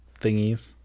thingies